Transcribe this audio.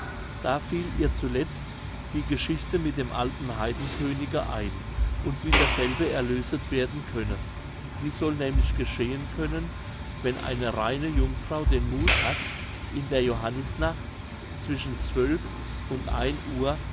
da fiel ihr zuletzt die geschichte mit dem alten heidenkönige ein und wie derselbe erlöset werden könne dies soll nämlich geschehen können wenn eine reine jungfrau den muth hat in der johannisnacht zwischen zwölf und ein uhr